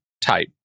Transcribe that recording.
type